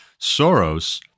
Soros